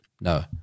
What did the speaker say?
No